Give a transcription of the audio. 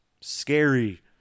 scary